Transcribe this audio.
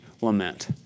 lament